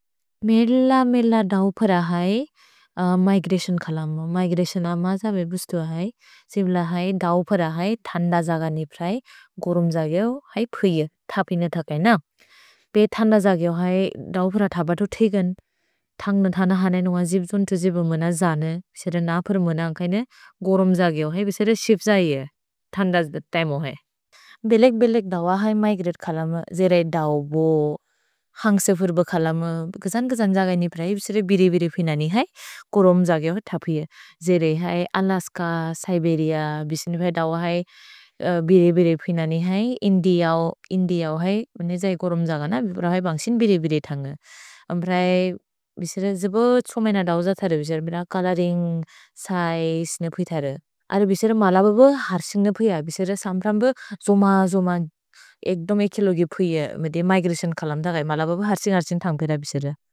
मेल मेल दौपर है मिग्रेसिओन् खलम। मिग्रेसिओन् अ मज बेबुस्तुअ है। जिब्ल है दौपर है थन्द जग निप है। गोरोम् जगेउ है फुइअ। थपिन थकएन। पे थन्द जगेउ है दौपर थपतु थेगन्। थन्ग् न थन हनेनुअ जिब्जुन्तु जिबु मन जने। सेर नफर मन कैन गोरोम् जगेउ है। भेसेर सिप्जैअ थन्द तैमो है। भेलेक् बेलेक् दौपर है मिग्रेसिओन् खलम। जेरै दौपर बो। हन्ग्से फुर्ब खलम। भेजन् बेजन् जग निप है। भेसेर बिरे बिरे फुइन नि है। गोरोम् जगेउ है थपुइअ। जेरै है अलस्क, सिबेरिअ। भेसेर दौपर है बिरे बिरे फुइन नि है। इन्दिअओ, इन्दिअओ है। भेने जै गोरोम् जग न। रहै बन्ग्सिन् बिरे बिरे थन्ग। अम्प्रै बेसेर जिब्ब त्सो मैन दौपर ज थर। भेसेर बिन चलरिन्ग्, सैज् न फुइअ थर। अर बेसेर मल बब हर् सिन्ग फुइअ। भेसेर सम्रम्ब जो म जो म। एक्दोम् एकिलोगि फुइअ। मिग्रेसिओन् खलम् दगै। मल बब हर् सिन् हर् सिन् थन्ग् पेर बेसेर।